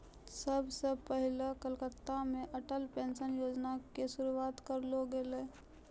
सभ से पहिले कलकत्ता से अटल पेंशन योजना के शुरुआत करलो गेलै